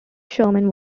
sherman